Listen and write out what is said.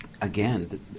again